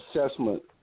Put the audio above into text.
assessment